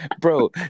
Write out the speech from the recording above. bro